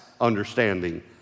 understanding